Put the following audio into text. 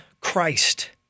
Christ